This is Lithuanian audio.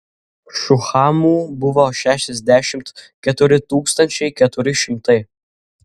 šuhamų buvo šešiasdešimt keturi tūkstančiai keturi šimtai